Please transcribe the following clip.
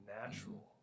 natural